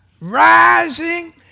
rising